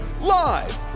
live